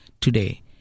today